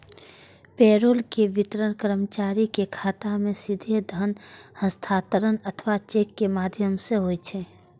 payroll के वितरण कर्मचारी के खाता मे सीधे धन हस्तांतरण अथवा चेक के माध्यम सं होइ छै